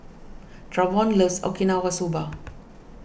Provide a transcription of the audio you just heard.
Travon loves Okinawa Soba